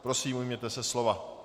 Prosím, ujměte se slova.